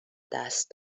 دست